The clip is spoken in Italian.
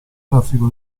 traffico